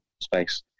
space